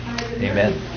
Amen